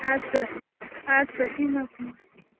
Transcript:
اَدٕ کیٛاہ اَدٕ کیٛاہ کیٚنٛہہ نہَ حظ چھُ نہٕ